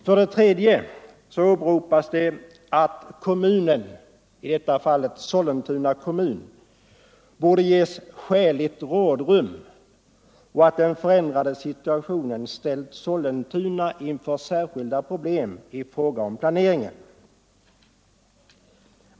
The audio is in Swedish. För det tredje åberopas att kommunen, i detta fall Sollentuna, borde ges ”skäligt rådrum” och att den förändrade situationen ställt Sollentuna inför särskilda problem i fråga om planeringen.